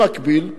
במקביל,